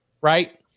right